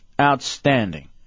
Outstanding